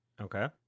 Okay